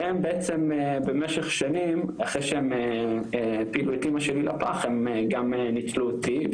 והם בעצם במשך שנים אחרי שהם הפילו את אמא שלי לפח הם גם ניצלו אותי,